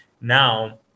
Now